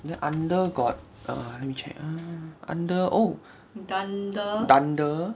then under got err let me check ah under oh dunder